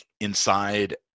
inside